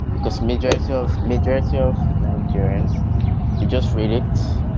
because majority of majority of nigerians just read it,